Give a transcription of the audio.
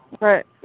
Right